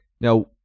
Now